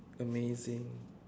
amazing